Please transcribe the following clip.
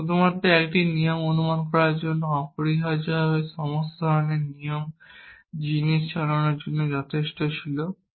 যেখানে শুধুমাত্র একটি নিয়ম অনুমান করার জন্য অপরিহার্যভাবে সমস্ত ধরণের জিনিস চালানোর জন্য যথেষ্ট ছিল